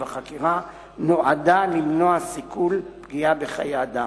החקירה נועדה למנוע סיכול פגיעה בחיי אדם.